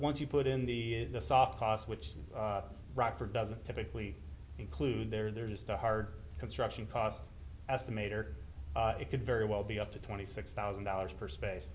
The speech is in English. once you put in the soft cost which rockford doesn't typically include there there's just a hard construction cost estimate or it could very well be up to twenty six thousand dollars per space